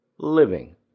living